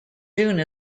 june